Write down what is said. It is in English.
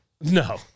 No